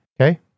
Okay